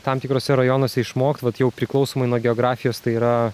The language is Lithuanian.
tam tikruose rajonuose išmokt vat jau priklausomai nuo geografijos tai yra